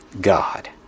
God